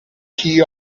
key